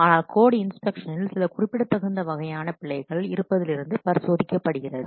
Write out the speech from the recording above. ஆனால் கோட் இன்ஸ்பெக்ஷனில் சில குறிப்பிடத்தகுந்த வகையான பிழைகள் இருப்பதிலிருந்து பரிசோதிக்கப்படுகிறது